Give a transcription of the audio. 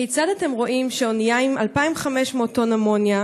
כיצד אתם רואים שאונייה עם 2,500 טון אמוניה,